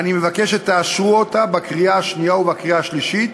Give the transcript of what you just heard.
אני מבקש שתאשרו אותה בקריאה שנייה ובקריאה שלישית